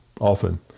often